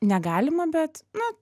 negalima bet na